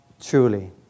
truly